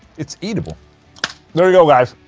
it's eatable there you go guys